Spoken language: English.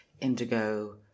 indigo